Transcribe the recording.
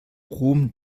brom